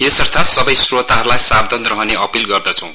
यसर्थ सवै श्रोताहरुलाई सावधान रहने अपील गर्दछौं